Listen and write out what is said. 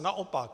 Naopak!